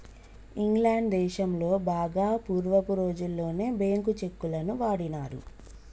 England దేశంలో బాగా పూర్వపు రోజుల్లోనే బ్యేంకు చెక్కులను వాడినారు